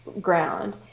ground